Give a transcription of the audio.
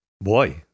Boy